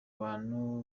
bantu